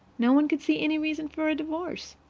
no one could see any reason for a divorce.